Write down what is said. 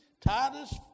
Titus